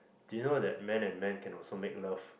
you know than man and man can also make love